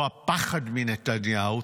או הפחד מנתניהו,